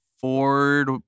Ford